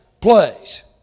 place